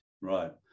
right